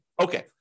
Okay